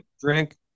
drink